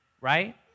right